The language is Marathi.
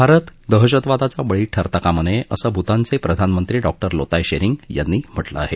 भारत दहशतवादाचा बळी ठरता कामा नये असं भूतानचे प्रधानमंत्री डॉ लोताय शेरिंग यांनी म्हटलं आहे